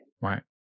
Right